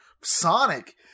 Sonic